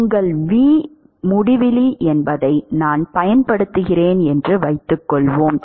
உங்கள் v முடிவிலி என்பதை நான் பயன்படுத்துகிறேன் என்று வைத்துக்கொள்வோம்